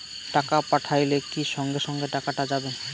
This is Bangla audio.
টাকা পাঠাইলে কি সঙ্গে সঙ্গে টাকাটা যাবে?